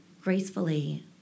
gracefully